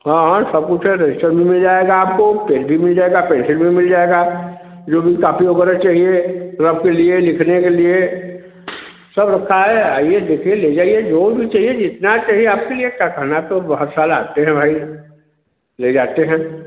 हाँ हाँ सब कुछ है रजिस्टर भी मिल जाएगा आपको पेन भी मिल जाएगा पेंसिल भी मिल जाएगा जो भी कॉपी वग़ैरह चाहिए रफ के लिए लिखने के लिए सब रखा है आइए देखिए ले जाइए जो भी चाहिए जितना चाहिए आपके लिए क्या कहना तो ब हर साल आते हैं भाई ले जाते हैं